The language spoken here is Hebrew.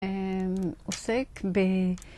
עוסק ב...